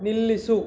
ನಿಲ್ಲಿಸು